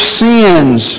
sins